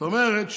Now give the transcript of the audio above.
זאת אומרת,